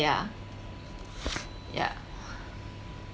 yeah yeah